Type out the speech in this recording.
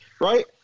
right